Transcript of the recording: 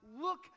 look